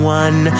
one